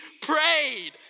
prayed